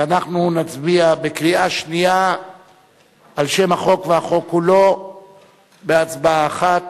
ואנחנו נצביע בקריאה שנייה על שם החוק והחוק כולו בהצבעה אחת.